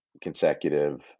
consecutive